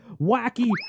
wacky